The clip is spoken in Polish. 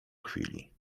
chwili